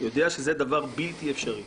יודע שזה דבר בלתי אפשרי.